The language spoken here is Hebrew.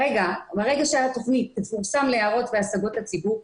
ברגע שהתוכנית תפורסם להערות והשגות הציבור,